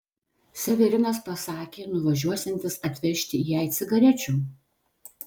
severinas pasakė nuvažiuosiantis atvežti jai cigarečių